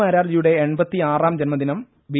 മാരാർജിയുടെ എൺപത്തി ആറാം ജന്മദിനം ബി